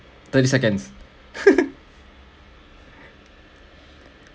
thirty seconds